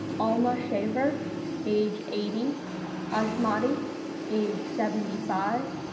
alma shaver age eighty ashamati age seventy five,